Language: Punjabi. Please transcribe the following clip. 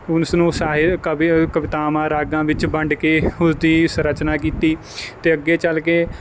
ਉਸ ਨੂੰ ਸਾਏ ਕਵਿ ਕਵਿਤਾਵਾਂ ਰਾਗਾਂ ਵਿੱਚ ਵੰਡ ਕੇ ਉਸਦੀ ਸੰਰਚਨਾ ਕੀਤੀ ਅਤੇ ਅੱਗੇ ਚੱਲ ਕੇ